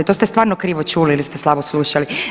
To ste stvarno krivo čuli ili ste slabo slušali.